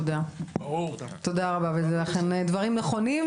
תודה רבה ואלו אכן דברים נכונים,